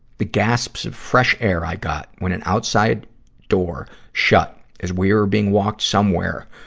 the gasps of fresh air i got when an outside door shut as we were being walked somewhere,